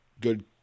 good